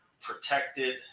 protected